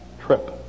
trip